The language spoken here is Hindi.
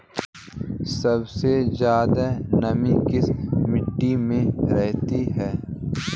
सबसे ज्यादा नमी किस मिट्टी में रहती है?